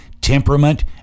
temperament